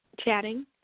chatting